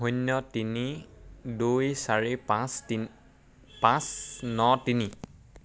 শূন্য তিনি দুই চাৰি পাঁচ ন তিনি